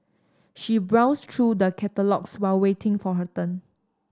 she browsed through the catalogues while waiting for her turn